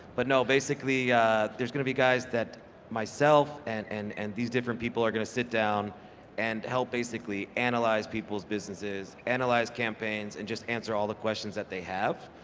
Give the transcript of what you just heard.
but np, basically there's gonna be guys that myself and and and these different people are gonna sit down and help basically, analyze people's businesses, analyze campaigns and just answer all the questions that they have.